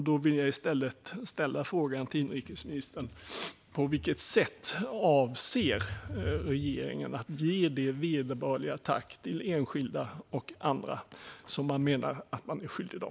Då vill jag i stället fråga inrikesministern: På vilket sätt avser regeringen att ge det vederbörliga tack till enskilda och andra som man menar att man är skyldig dem?